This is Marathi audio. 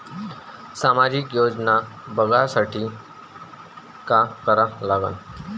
सामाजिक योजना बघासाठी का करा लागन?